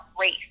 race